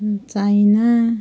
China